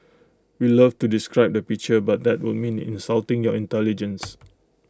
we'd love to describe the picture but that would mean insulting your intelligence